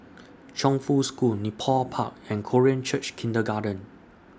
Chongfu School Nepal Park and Korean Church Kindergarten